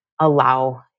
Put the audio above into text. allow